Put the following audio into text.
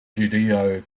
judeo